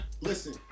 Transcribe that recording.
listen